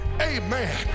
amen